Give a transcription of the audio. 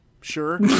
Sure